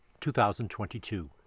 2022